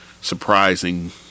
surprising